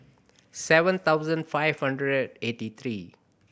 seven thousand five hundred eighty three